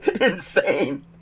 insane